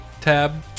tab